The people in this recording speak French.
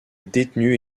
détenue